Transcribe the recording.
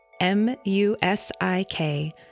M-U-S-I-K